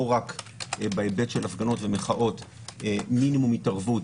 רק בהיבט של הפגנות ומחאות היא מינימום הערבות.